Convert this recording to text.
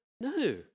No